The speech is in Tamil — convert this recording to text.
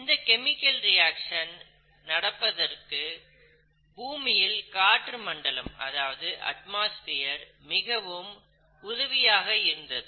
இந்த கெமிக்கல் ரியாக்சன் நடப்பதற்கு பூமியின் காற்று மண்டலம் மிகவும் உதவியாக இருந்தது